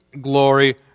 glory